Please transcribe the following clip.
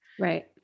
right